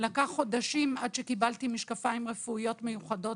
לקחו חודשים עד שקיבלתי משקפיים רפואיות מיוחדות,